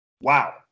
Wow